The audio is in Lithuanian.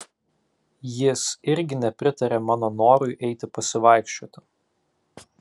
jis irgi nepritarė mano norui eiti pasivaikščioti